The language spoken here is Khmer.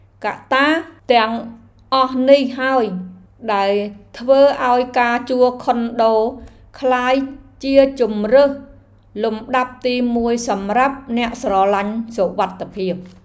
កត្តាទាំងអស់នេះហើយដែលធ្វើឱ្យការជួលខុនដូក្លាយជាជម្រើសលំដាប់ទីមួយសម្រាប់អ្នកស្រឡាញ់សុវត្ថិភាព។